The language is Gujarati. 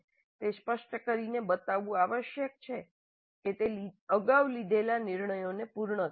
તે સ્પષ્ટ કરીને બતાવવું આવશ્યક છે કે તે અગાઉ લીધેલા નિર્ણયોને પૂર્ણ કરે છે